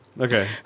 Okay